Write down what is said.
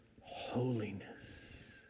holiness